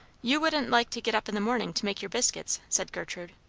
you wouldn't like to get up in the morning to make your biscuits, said gertrude.